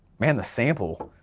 man the sample,